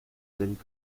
sind